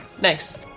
Nice